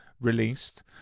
released